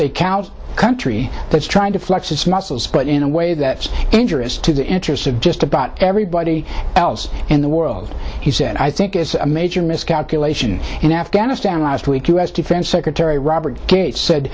counter country that's trying to flex its muscles but in a way that interests to the interests of just about everybody else in the world he said i think it's a major miscalculation in afghanistan last week u s defense secretary robert gates said